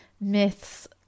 myths